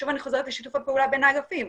שוב אני חוזרת לשיתוף הפעולה בין האגפים,